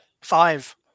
Five